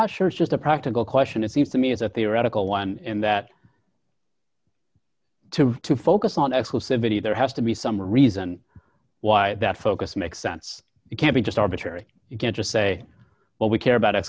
not sure it's just a practical question it seems to me as a theoretical one and that to to focus on exclusivity there has to be some reason why that focus makes sense it can't be just arbitrary you can't just say well we care about